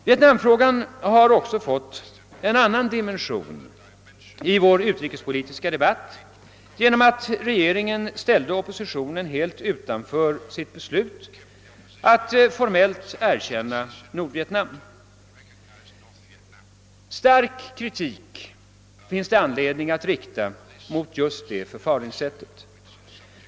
Vietnamfrågan har också fått en annan dimension i vår utrikespolitiska debatt genom att regeringen ställde oppositionen helt utanför sitt beslut att formellt erkänna Nordvietnam. Stark kritik måste riktas mot detta förfaringssätt.